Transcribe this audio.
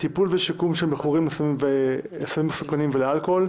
טיפול ושיקום של מכורים לסמים מסוכנים ולאלכוהול,